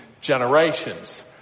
generations